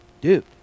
dude